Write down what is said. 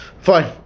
Fine